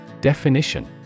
Definition